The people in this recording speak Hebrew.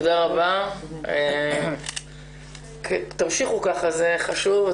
תודה רבה, תמשיכו ככה, זה חשוב.